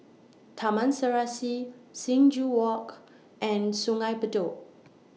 Taman Serasi Sing Joo Walk and Sungei Bedok